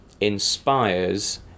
inspires